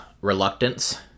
reluctance